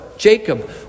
Jacob